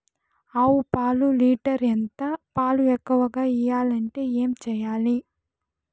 ఆవు పాలు లీటర్ ఎంత? పాలు ఎక్కువగా ఇయ్యాలంటే ఏం చేయాలి?